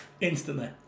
instantly